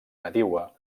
nadiua